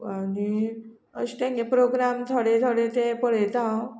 आनी अशे तेंगे प्रोग्राम थोडे थोडे ते पळयता हांव